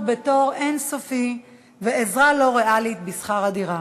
בתור אין-סופי ועזרה לא ריאלית בשכר הדירה.